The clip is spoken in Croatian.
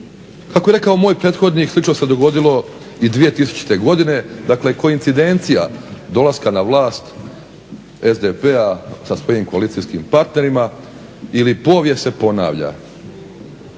Kako je rekao moj prethodnik slično se dogodilo i 2000. godine. Dakle, koincidencija dolaska na vlast SDP-a sa svojim koalicijskim partnerima ili povijest se ponavlja.